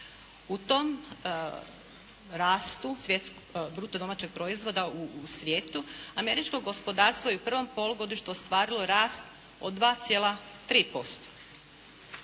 U tom rastu bruto domaćeg proizvoda u svijetu američko gospodarsko je u prvom polugodištu ostvarilo rast od 2,3%.